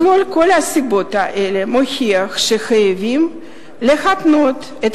מכלול הסיבות האלה מוכיח שחייבים להתנות את